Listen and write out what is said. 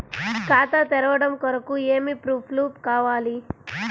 ఖాతా తెరవడం కొరకు ఏమి ప్రూఫ్లు కావాలి?